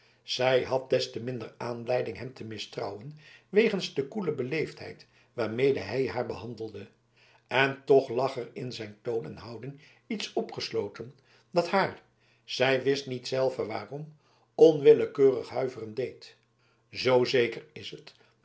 zij had des te minder aanleiding hem te mistrouwen wegens de koele beleefdheid waarmede hij haar behandelde en toch lag er in zijn toon en houding iets opgesloten dat haar zij wist zelve niet waarom onwillekeurig huiveren deed zoo zeker is het